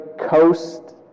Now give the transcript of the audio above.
coast